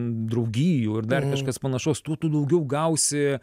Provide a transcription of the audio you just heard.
draugijų ir dar kažkas panašaus tuo tu daugiau gausi